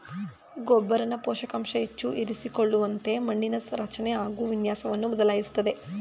ಗೊಬ್ಬರನ ಪೋಷಕಾಂಶ ಹೆಚ್ಚು ಇರಿಸಿಕೊಳ್ಳುವಂತೆ ಮಣ್ಣಿನ ರಚನೆ ಹಾಗು ವಿನ್ಯಾಸವನ್ನು ಬದಲಾಯಿಸ್ತದೆ